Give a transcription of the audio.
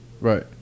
right